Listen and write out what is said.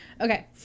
Okay